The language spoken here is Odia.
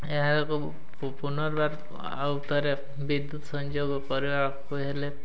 ଏହାକୁ ପୁନର୍ବାର ଆଉ ଉପରେ ବିଦ୍ୟୁତ ସଂଯୋଗ କରିବାକୁ ହେଲେ